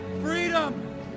freedom